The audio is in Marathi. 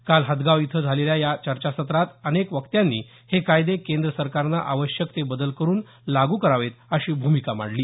काल हदगाव इथं झालेल्या या चर्चासत्रात अनेक वक्त्यांनी हे कायदे केंद्र सरकारने आवश्यक ते बदल करून लागू करावेत अशी भूमिका मांडली